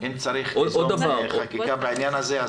אם צריך ליזום חקיקה בעניין הזה,